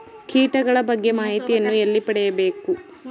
ಕೀಟಗಳ ಬಗ್ಗೆ ಮಾಹಿತಿಯನ್ನು ಎಲ್ಲಿ ಪಡೆಯಬೇಕು?